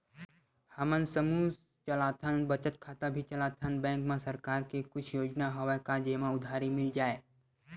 हमन समूह चलाथन बचत खाता भी चलाथन बैंक मा सरकार के कुछ योजना हवय का जेमा उधारी मिल जाय?